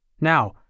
Now